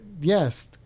Yes